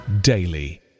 daily